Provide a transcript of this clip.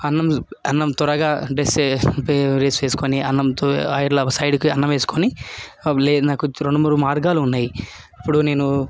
అన్నం అన్నం త్వరగా అంటే బ్రెష్ చేసుకొని అన్నం ఇట్లా సైడ్కి అన్నం వేసుకొని అప్పుడు నాకు రెండు మూడు మార్గాలు ఉన్నాయి అప్పుడు నేను